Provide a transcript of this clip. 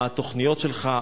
מה התוכניות שלך?